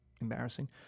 embarrassing